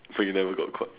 so you never got caught